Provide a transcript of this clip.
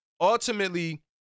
ultimately